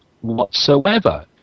whatsoever